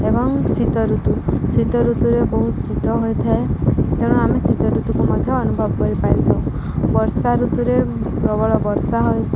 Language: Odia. ଏବଂ ଶୀତ ଋତୁ ଶୀତ ଋତୁରେ ବହୁତ ଶୀତ ହୋଇଥାଏ ତେଣୁ ଆମେ ଶୀତ ଋତୁକୁ ମଧ୍ୟ ଅନୁଭବ କରିପାରିଥାଉ ବର୍ଷା ଋତୁରେ ପ୍ରବଳ ବର୍ଷା ହୋଇ